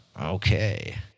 Okay